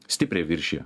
stipriai viršija